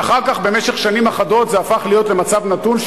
ואחר כך במשך שנים אחדות זה הפך להיות למצב נתון,